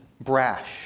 brash